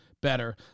better